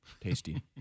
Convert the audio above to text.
tasty